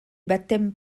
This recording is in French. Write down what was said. baptêmes